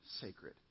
sacred